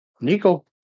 Nico